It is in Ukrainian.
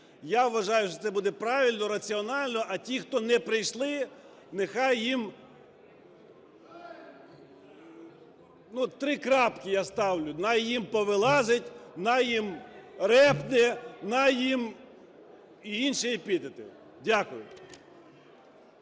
Я вважаю, що це буде правильно, раціонально. А ті, хто не прийшли, нехай їм… Ну, три крапки я ставлю. Най їм повилазить, най їм репне, най їм… і інші епітети. Дякую.